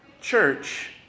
church